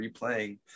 replaying